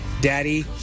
daddy